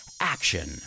action